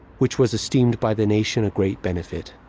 which was esteemed by the nation a great benefit.